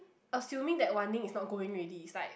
assuming that Wan-Ning is not going already is like